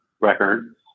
records